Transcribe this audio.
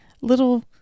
little